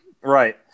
Right